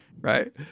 right